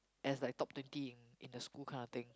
as like top twenty in in the school kind of thing